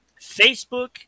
Facebook